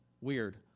Weird